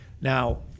Now